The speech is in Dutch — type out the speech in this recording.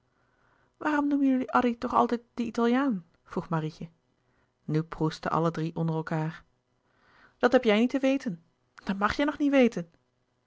waarom noemen jullie addy toch altijd de italiaan vroeg marietje nu proestten alle drie onder elkaâr dat heb jij niet te weten dat mag jij nog niet weten